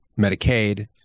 medicaid